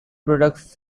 products